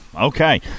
Okay